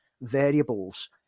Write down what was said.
variables